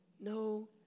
No